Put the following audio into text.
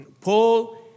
Paul